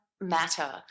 matter